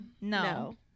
No